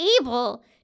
able